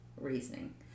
reasoning